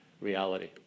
reality